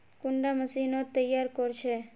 कुंडा मशीनोत तैयार कोर छै?